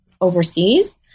overseas